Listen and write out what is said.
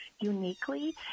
uniquely